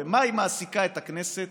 במה היא מעסיקה את הכנסת